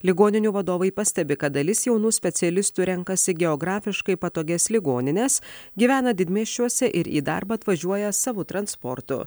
ligoninių vadovai pastebi kad dalis jaunų specialistų renkasi geografiškai patogias ligonines gyvena didmiesčiuose ir į darbą atvažiuoja savu transportu